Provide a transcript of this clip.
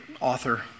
author